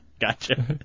Gotcha